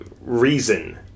reason